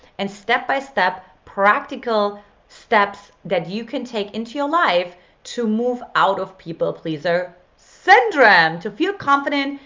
and step-by-step practical steps that you can take into your life to move out of people pleaser syndrome. to feel confident,